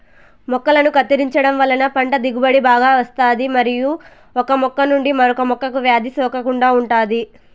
మొక్కలను కత్తిరించడం వలన పంట దిగుబడి బాగా వస్తాది మరియు ఒక మొక్క నుంచి మరొక మొక్కకు వ్యాధి సోకకుండా ఉంటాది